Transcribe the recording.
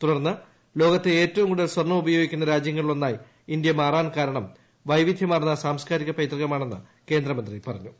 തുടർന്ന് ലോകത്തെ ഏറ്റവും കൂടുതൽ സ്വർണ്ണം ഉപയോഗിക്കുന്ന രാജ്യങ്ങ ളിൽ ഒന്നായി ഇന്ത്യ മാറാൻ കാരണം വൈവിദ്ധ്യമാർന്ന സാംസ്ക്കാരിക പൈതൃകമാണെന്ന് കേന്ദ്രമന്ത്രി പറഞ്ഞു